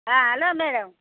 hello madam